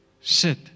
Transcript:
sit